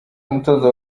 umutoza